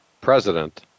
President